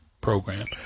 program